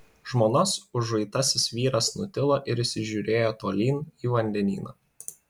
žmonos užuitasis vyras nutilo ir įsižiūrėjo tolyn į vandenyną